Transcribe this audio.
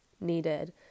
needed